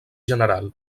general